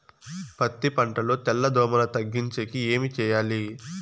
పత్తి పంటలో తెల్ల దోమల తగ్గించేకి ఏమి చేయాలి?